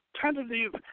tentative